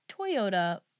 Toyota